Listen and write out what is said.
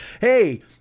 Hey